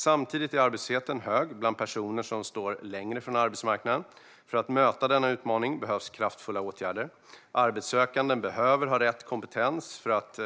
Samtidigt är arbetslösheten hög bland personer som står längre från arbetsmarknaden. För att möta denna utmaning behövs kraftfulla åtgärder. Arbetssökande behöver ha rätt kompetens för att